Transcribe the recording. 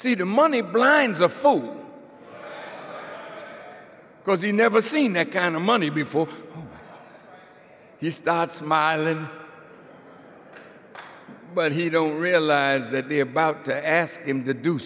see the money blinds a phone cause he never seen that kind of money before you start smiling but he don't realize that they're about to ask him to do